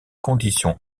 conditions